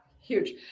Huge